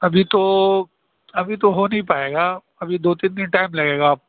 ابھی تو ابھی تو ہو نہیں پائے گا ابھی دو تین دِن ٹائم لگے گا آپ